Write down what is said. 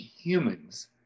humans